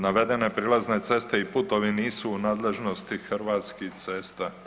Navedene prilazne ceste i putovi nisu u nadležnosti Hrvatskih cesta.